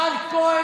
תשאל אותו, רן כהן.